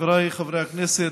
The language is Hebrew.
חבריי חברי הכנסת,